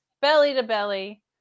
belly-to-belly